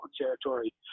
territory